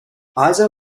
isa